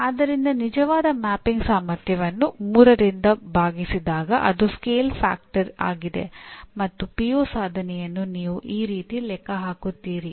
ಆದ್ದರಿಂದ ನಿಜವಾದ ಮ್ಯಾಪಿಂಗ್ ಸಾಮರ್ಥ್ಯವನ್ನು 3 ರಿಂದ ಭಾಗಿಸಿದಾಗ ಅದು ಸ್ಕೇಲ್ ಫ್ಯಾಕ್ಟರ್ ಸಾಧನೆಯನ್ನು ನೀವು ಈ ರೀತಿ ಲೆಕ್ಕ ಹಾಕುತ್ತೀರಿ